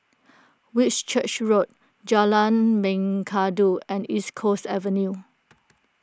Whitchurch Road Jalan Mengkudu and East Coast Avenue